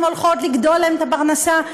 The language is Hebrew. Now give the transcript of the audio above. אתן הולכות לגדוע להן את הפרנסה,